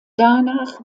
danach